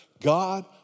God